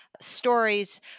stories